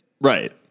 Right